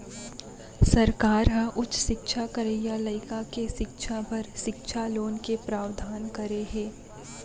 सरकार ह उच्च सिक्छा करइया लइका के सिक्छा बर सिक्छा लोन के प्रावधान करे हे